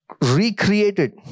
recreated